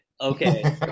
Okay